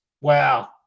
wow